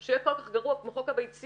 שהוא יהיה כל כך גרוע כמו חוק הביציות,